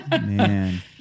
Man